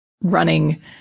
running